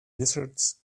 lizards